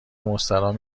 مستراح